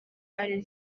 ari